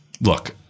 look